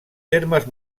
termes